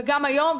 וגם היום,